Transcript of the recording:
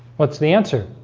what's the answer